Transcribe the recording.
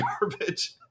garbage